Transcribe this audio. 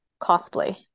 cosplay